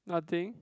nothing